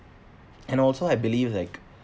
and also I believe like